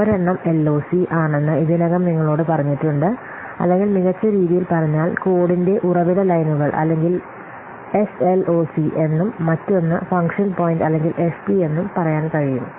ഒരെണ്ണം എൽഓസി ആണെന്ന് ഇതിനകം നിങ്ങളോട് പറഞ്ഞിട്ടുണ്ട് അല്ലെങ്കിൽ മികച്ച രീതിയിൽ പറഞ്ഞാൽ കോഡിന്റെ ഉറവിട ലൈനുകൾ അല്ലെങ്കിൽ എസ്എൽഓസി എന്നും മറ്റൊന്ന് ഫംഗ്ഷൻ പോയിന്റ് അല്ലെങ്കിൽ എഫ്പി എന്നും പറയാൻ കഴിയും